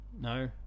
No